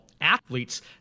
athletes